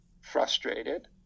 frustrated